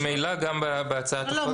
ממילא גם בהצעת החוק --- לא,